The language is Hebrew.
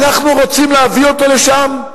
אנחנו רוצים להביא אותו לשם?